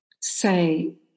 say